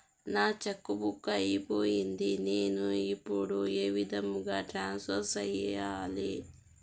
నా cheque book అయిపోయింది నేను ఇప్పుడు ఏ విధంగా ట్రాన్స్ఫర్ సేయాలి?